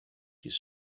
his